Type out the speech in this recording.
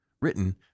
written